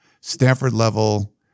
Stanford-level